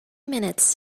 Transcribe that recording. minutes